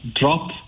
drop